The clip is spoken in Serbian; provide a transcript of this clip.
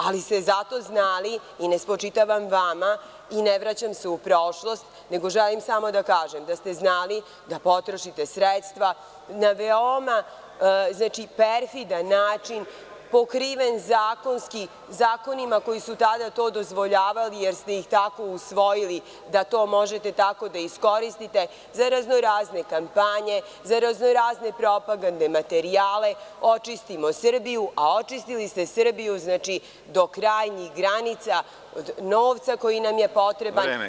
Ali, zato ste znali, ne spočitavam vama i ne vraćam se u prošlost, da potrošite sredstva na veoma perfidan način pokriven zakonski zakonima koji su tada to dozvoljavali jer ste ih tako usvojili da to možete tako da iskoristite za rano-razne kampanje, za razno-razne propagandne materijale „očistimo Srbiju“, a očistili ste Srbiju do krajnjih granica, do novca koji nam je potreban.